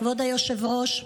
כבוד היושב-ראש,